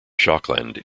schokland